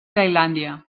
tailàndia